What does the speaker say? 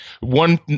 One